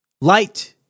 Light